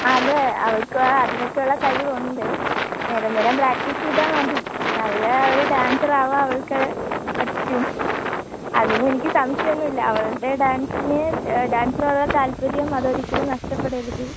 അതേ അവൾക്ക് അതിനൊക്കെയുള്ള കഴിവുണ്ട് നിരന്തരം പ്രാക്റ്റീസ് ചെയ്താൽ മതി നല്ല ഒരു ഡാൻസറാവാൻ അവൾക്ക് പറ്റും അതിന് എനിക്ക് സംശയൊന്നുമില്ല അവളുടെ ഡാൻസിന് ഡാൻസിനോടുള്ള താല്പര്യം അത് ഒരിക്കലും നഷ്ടപ്പെടരുത്